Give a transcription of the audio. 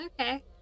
Okay